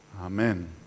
Amen